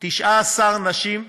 19 נשים וילדיהן,